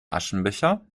aschenbecher